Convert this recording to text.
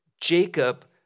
Jacob